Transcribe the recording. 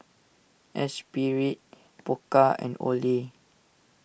Espirit Pokka and Olay